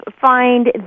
find